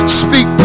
speak